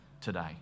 today